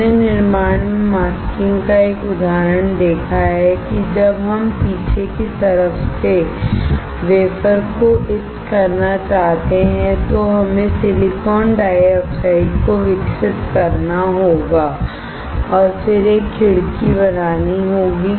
हमने निर्माण में मास्किंग का एक उदाहरण देखा है कि जब हम पीछे की तरफ से वेफर को इच करना चाहते हैं तो हमें सिलिकॉन डाइऑक्साइड को विकसित करना होगा और फिर एक खिड़की बनानी होगी